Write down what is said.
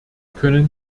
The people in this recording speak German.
können